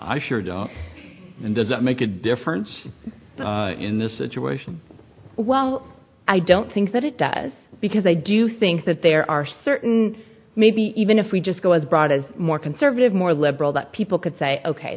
i sure do and does that make a difference in this situation well i don't think that it does because i do think that there are certain maybe even if we just go as broad as more conservative more liberal that people could say ok